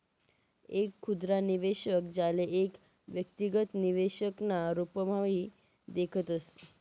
एक खुदरा निवेशक, ज्याले एक व्यक्तिगत निवेशक ना रूपम्हाभी देखतस